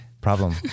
Problem